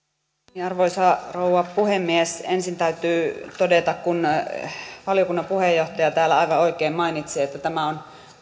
arvoisa rouva puhemies ensin täytyy todeta sama minkä valiokunnan puheenjohtaja täällä aivan oikein mainitsi että tämä on